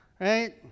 Right